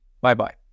Bye-bye